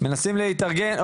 מנסים להתארגן,